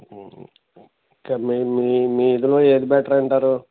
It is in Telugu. సరే మీ మీ మీ ఇదిలో ఏది బెటర్ అంటారు